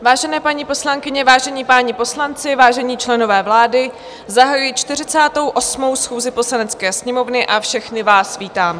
Vážené paní poslankyně, vážení páni poslanci, vážení členové vlády, zahajuji 48. schůzi Poslanecké sněmovny a všechny vás vítám.